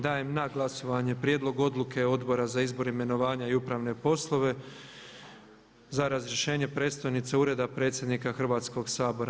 Dajem na glasovanje prijedlog odluke Odbora za izbor, imenovanje i upravne poslove za razrješenje predstojnice Ureda predsjednika Hrvatskog sabora.